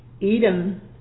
Eden